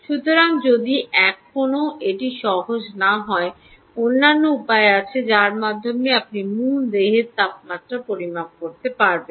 সুতরাং এটি কখনও সহজ হয় না অন্যান্য উপায় আছে যার মাধ্যমে আপনি মূল দেহের তাপমাত্রা মাপতে পারবেন